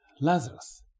Lazarus